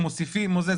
מוסיפים או זה,